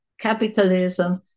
capitalism